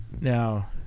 Now